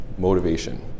motivation